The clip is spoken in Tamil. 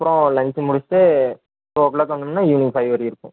அப்புறம் லன்ச்சு முடிச்சிவிட்டு டூ ஒ கிளாக் வந்தோம்ன்னா ஈவ்னிங் ஃபைவ் வரையும் இருப்போம்